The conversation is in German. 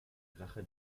rache